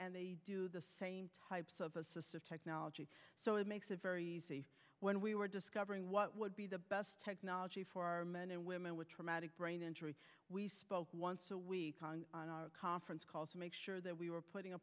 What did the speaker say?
and they do the same types of assistive technology so it makes it very easy when we were discovering what would be the best technology for our men and women with traumatic brain injury we spoke on our conference call to make sure that we were putting a